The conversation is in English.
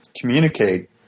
communicate